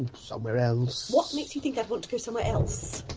and somewhere else? what makes you think i'd want to go somewhere else?